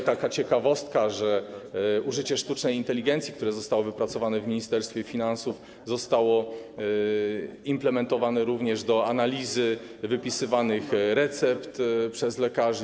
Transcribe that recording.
Tutaj taka ciekawostka, że użycie sztucznej inteligencji, co zostało wypracowane w Ministerstwie Finansów, zostało implementowane również do analizy wypisywanych recept przez lekarzy.